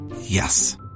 Yes